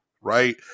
right